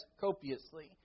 copiously